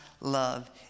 love